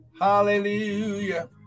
Hallelujah